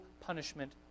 punishment